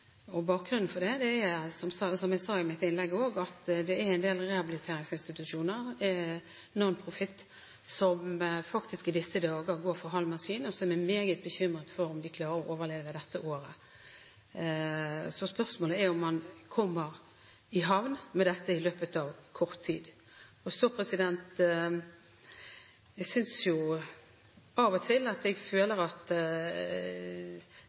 løsning. Bakgrunnen for det er, som jeg sa i mitt innlegg også, at det er en del rehabiliteringsinstitusjoner, non-profit, som i disse dager faktisk går for halv maskin, og som er meget bekymret for om de klarer å overleve dette året. Så spørsmålet er om man kommer i havn med dette i løpet av kort tid. Jeg føler av og til at statsråden er i ferd med å si at vi overtar for de private og bygger opp nytt i det offentlige. Jeg